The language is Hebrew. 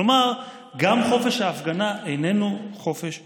כלומר, גם חופש ההפגנה איננו חופש מוחלט.